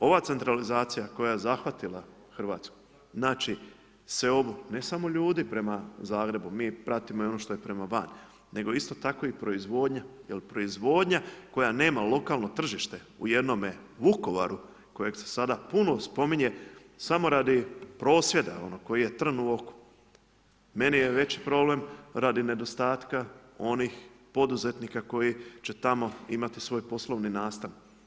Ova centralizacija koja je zahvatila Hrvatsku, znači seobu ne samo ljudi prema Zagrebu, mi pratimo i ono što je prema van, nego isto tako i proizvodnja jer proizvodnja koja nema lokalno tržište u jednome Vukovaru kojeg se sada puno spominje samo radi prosvjeda onog koji je trn u oku, meni je veći problem radi nedostatka onih poduzetnika koji će tamo imati svoj poslovni nastan.